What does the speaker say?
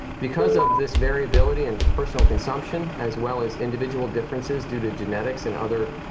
because of this variability in personal consumption, as well as individual differences due to genetics and other